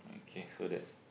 okay so that's